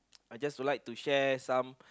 I just don't like to share some